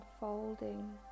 unfolding